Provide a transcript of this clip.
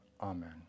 amen